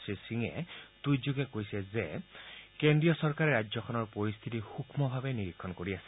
শ্ৰীসিঙে টুইটযোগে কৈছে যে কেন্দ্ৰীয় চৰকাৰে ৰাজ্যখনৰ পৰিস্থিতি সৃক্ষভাৱে নিৰীক্ষণ কৰি আছে